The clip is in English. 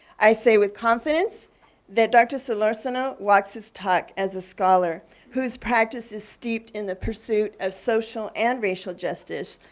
i say, with confidence that dr. solorzano walks his talk as a scholar, whose practice is steep in the pursuit of social and racial justice.